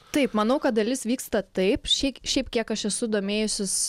taip manau kad dalis vyksta taip šiaik šiaip kiek aš esu domėjusis